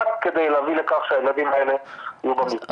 רק כדי להביא לכך שהילדים האלה יהיו במסגרת.